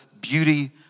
beauty